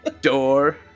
door